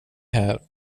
här